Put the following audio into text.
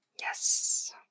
Yes